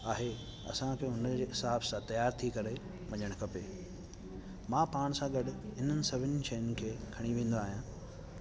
आहे असांखे हुनजे हिसाब सां तयारु थी करे वञणु खपे मां पाण सां गॾु इन्हनि सभिनि शयुनि खे खणी वेंदो आहियां